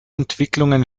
entwicklungen